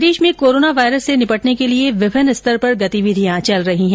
प्रदेश में corona virus से निपटने के लिए विभिन्न स्तर पर गतिविधियां चल रही है